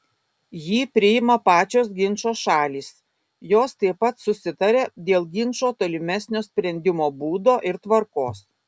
jį priima pačios ginčo šalys jos taip pat susitaria dėl ginčo tolimesnio sprendimo būdo ir tvarkos